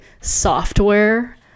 software